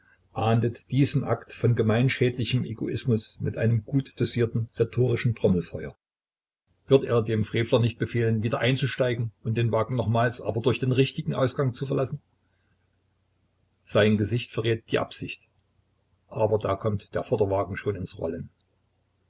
ahndet diesen akt von gemeinschädlichem egoismus mit einem gut dosierten rhetorischen trommelfeuer wird er dem frevler nicht befehlen wieder einzusteigen und den wagen nochmals aber durch den richtigen ausgang zu verlassen sein gesicht verrät die absicht aber da kommt der vorderwagen schon ins rollen